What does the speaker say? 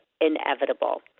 inevitable